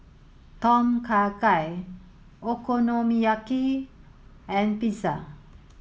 Tom Kha Gai Okonomiyaki and Pizza